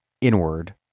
inward